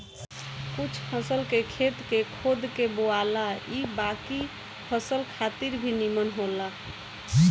कुछ फसल के खेत के खोद के बोआला आ इ बाकी फसल खातिर भी निमन होला